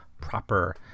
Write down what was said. proper